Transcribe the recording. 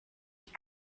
die